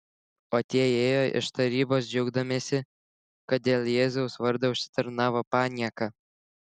o tie ėjo iš tarybos džiaugdamiesi kad dėl jėzaus vardo užsitarnavo panieką